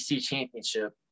championship